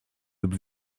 lub